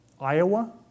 Iowa